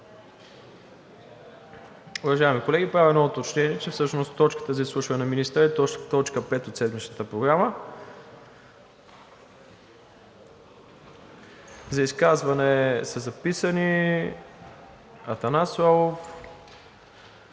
Уважаеми колеги, правя едно уточнение, че всъщност точката за изслушване на министъра е точка пета от седмичната Програма. За изказване са записани Атанас Славов,